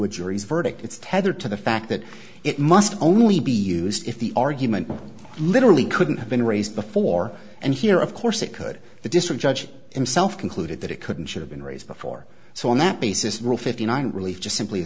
a jury's verdict it's tethered to the fact that it must only be used if the argument literally couldn't have been raised before and here of course it could the district judge himself concluded that it couldn't should have been raised before so on that basis rule fifty nine relief just simply